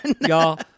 Y'all